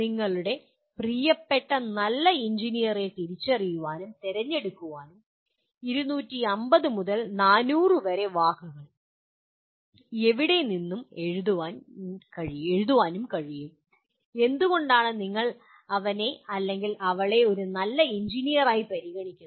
നിങ്ങളുടെ പ്രിയപ്പെട്ട നല്ല എഞ്ചിനീയറെ തിരിച്ചറിയാനും തിരഞ്ഞെടുക്കാനും 250 മുതൽ 400 വരെ വാക്കുകൾ എവിടെനിന്നും എഴുതാനും കഴിയും എന്തുകൊണ്ടാണ് നിങ്ങൾ അവനെ അല്ലെങ്കിൽ അവളെ ഒരു നല്ല എഞ്ചിനീയറായി പരിഗണിക്കുന്നത്